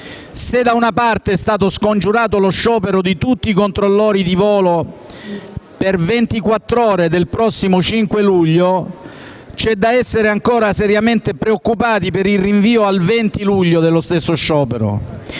Se, da una parte, è stato scongiurato lo sciopero di tutti i controllori di voli di ventiquattr'ore del prossimo 5 luglio, c'è da essere ancora seriamente preoccupati per il rinvio al 20 luglio dello stesso sciopero: